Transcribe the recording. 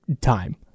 time